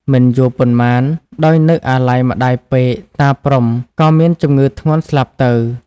មិនយូរប៉ុន្មាន ដោយនឹកអាល័យម្ដាយពេកតា ព្រហ្ម ក៏មានជំងឺធ្ងន់ស្លាប់ទៅដែរ ។